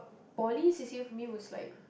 poly C_C_A for me was like